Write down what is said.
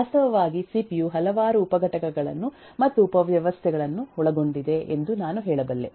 ವಾಸ್ತವವಾಗಿ ಸಿಪಿಯು ಹಲವಾರು ಉಪ ಘಟಕಗಳನ್ನು ಅಥವಾ ಉಪ ವ್ಯವಸ್ಥೆಗಳನ್ನು ಒಳಗೊಂಡಿದೆ ಎಂದು ನಾನು ಹೇಳಬಲ್ಲೆ